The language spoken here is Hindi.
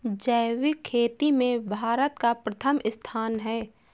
जैविक खेती में भारत का प्रथम स्थान है